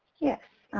yes,